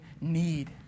need